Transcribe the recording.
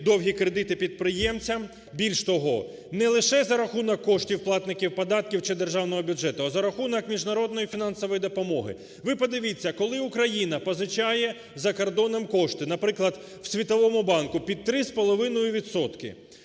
довгі кредити підприємцям, більш того, не лише за рахунок коштів платників податків чи державного бюджету, а за рахунок Міжнародної фінансової допомоги. Ви подивіться, коли Україна позичає за кордоном кошти, наприклад, у Світовому банку під 3,5